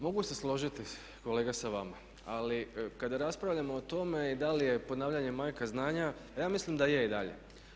Mogu se složiti kolega sa vama, ali kada raspravljamo o tome da li je ponavljanje majka znanja ja mislim da je i dalje.